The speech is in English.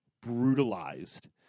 brutalized